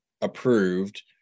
approved